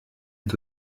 est